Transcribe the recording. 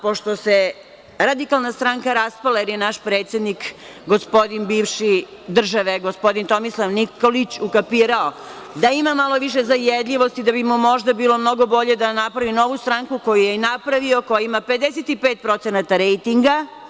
Pošto se Radikalna stranka raspala, jer je naš bivši predsednik države, gospodin Tomislav Nikolić ukapirao da ima malo više zajedljivosti, da bi mu možda bilo mnogo bolje da napravi novu stranku koju je i napravio, koja ima 55% rejtinga.